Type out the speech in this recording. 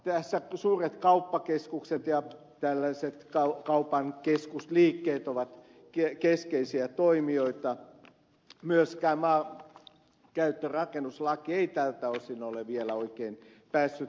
tässä suuret kauppakeskukset ja tällaiset kaupan keskusliikkeet ovat keskeisiä toimijoita myöskään maankäyttö ja rakennuslaki ei tältä osin ole vielä oikein päässyt voimaan